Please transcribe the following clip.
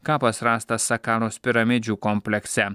kapas rastas sakaros piramidžių komplekse